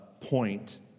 point